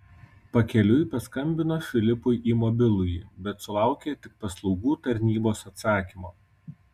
pakeliui paskambino filipui į mobilųjį bet sulaukė tik paslaugų tarnybos atsakymo